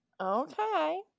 Okay